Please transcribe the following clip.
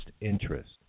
interest